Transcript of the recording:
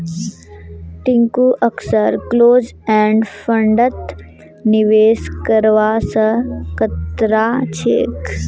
टिंकू अक्सर close end फंडत निवेश करवा स कतरा छेक